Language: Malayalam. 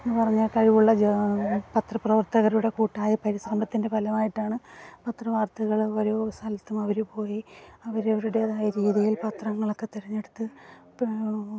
എന്ന് പറഞ്ഞാൽ കഴിവുള്ള പത്രപ്രവർത്തകരുടെ കൂട്ടായ പരിശ്രമത്തിൻ്റെ ഫലമായിട്ടാണ് പത്രവാർത്തകൾ ഒരു സ്ഥലത്തും അവർ പോയി അവരവരുടെ രീതിയിൽ പത്രങ്ങളൊക്കെ തിരഞ്ഞെടുത്ത് പേ